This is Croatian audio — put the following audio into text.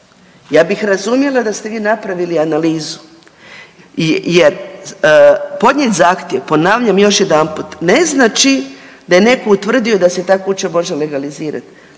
ja bih razumjela da ste vi napravili analizu jer podnijet zahtjev, ponavljam još jedanput ne znači da je neko utvrdio da se ta kuća može legalizirat.